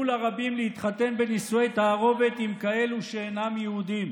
לרבים להתחתן בנישואי תערובת עם כאלה שאינם יהודים.